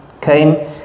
came